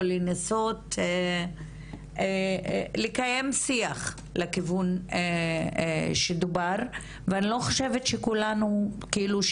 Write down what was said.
או לנסות לקיים שיח לכיוון שדובר ואני לא חושבת שכולנו כאילו,